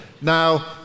Now